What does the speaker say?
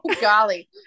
golly